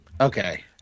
Okay